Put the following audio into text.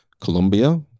colombia